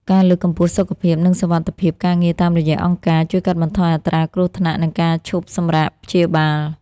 ការលើកកម្ពស់សុខភាព និងសុវត្ថិភាពការងារតាមរយៈអង្គការ ជួយកាត់បន្ថយអត្រាគ្រោះថ្នាក់ និងការឈប់សម្រាកព្យាបាល។